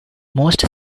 most